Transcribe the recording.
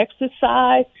exercise